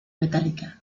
metallica